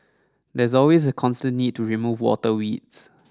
there's always a constant need to remove water weeds